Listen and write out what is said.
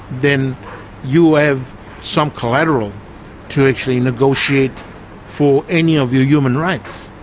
then you have some collateral to actually negotiate for any of your human rights.